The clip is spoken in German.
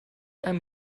einem